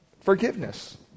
forgiveness